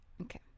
Okay